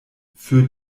für